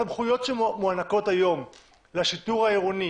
הסמכויות שמוענקות היום לשיטור העירוני